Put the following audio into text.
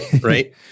right